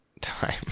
time